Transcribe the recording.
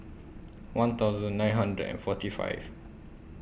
one thousand nine hundred and forty five